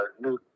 new